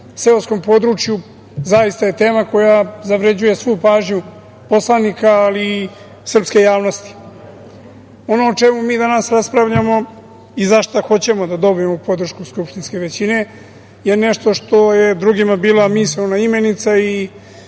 seoskom području zaista je tema koja zavređuje svu pažnju poslanika, ali i srpske javnosti. Ono o čemu mi danas raspravljamo i zašta hoćemo da dobijemo podršku skupštinske većine je nešto što je drugima bila misaona imenica i